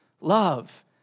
love